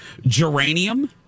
Geranium